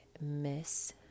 miss